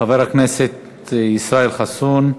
חבר הכנסת ישראל חסון.